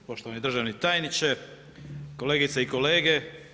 Poštovani državni tajniče, kolegice i kolege.